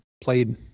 played